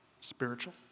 spiritual